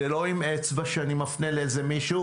זה לא עם אצבע שאני מפנה לאיזה מישהו,